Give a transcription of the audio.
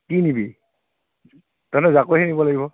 কি নিবি তালৈ জাকৈহে নিব লাগিব